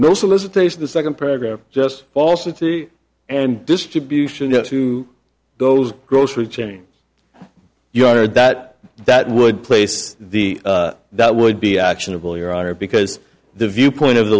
no solicitation the second paragraph just falsity and distribution get to those grocery chains yard that that would place the that would be actionable your honor because the viewpoint of the